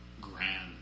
grand